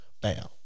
Bam